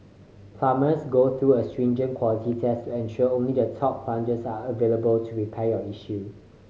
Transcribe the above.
plumbers go through a stringent quality test to ensure only the top plumbers are available to repair your issue